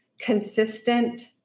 consistent